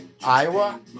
Iowa